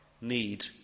need